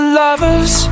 lovers